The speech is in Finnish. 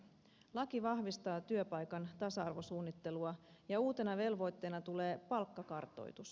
laki vahvistaa työpaikan tasa arvosuunnittelua ja uutena velvoitteena tulee palkkakartoitus